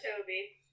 Toby